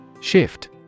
Shift